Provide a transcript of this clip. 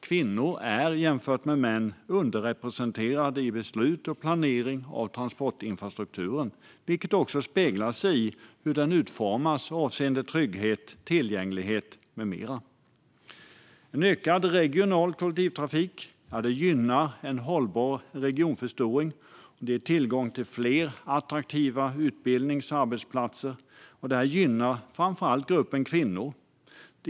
Kvinnor är jämfört med män underrepresenterade i beslut och planering av transportinfrastrukturen, vilket också speglas i hur den utformas avseende trygghet, tillgänglighet med mera. Ökad regional kollektivtrafik gynnar en hållbar regionförstoring och ger tillgång till fler attraktiva utbildnings och arbetsplatser, vilket framför allt gynnar gruppen kvinnor.